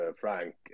Frank